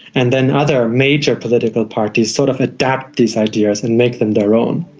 and then other major political parties sort of adapt these ideas and make them their own.